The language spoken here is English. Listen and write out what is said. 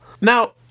Now